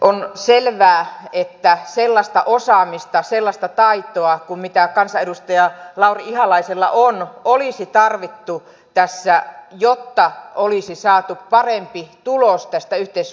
on selvää että sellaista osaamista sellaista taitoa kuin kansanedustaja lauri ihalaisella on olisi tarvittu tässä jotta olisi saatu parempi tulos näistä yhteiskuntasopimusneuvotteluista